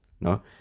No